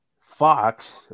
Fox